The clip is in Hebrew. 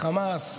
לחמאס,